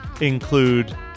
Include